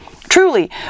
Truly